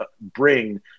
bring